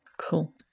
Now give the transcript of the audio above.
cool